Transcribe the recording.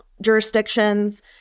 jurisdictions